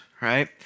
right